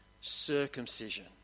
circumcision